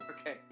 Okay